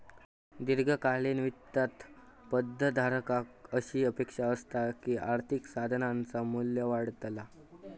दीर्घकालीन वित्तात पद धारकाक अशी अपेक्षा असता की आर्थिक साधनाचा मू्ल्य वाढतला